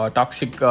toxic